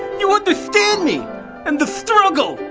you understand me and the struggle,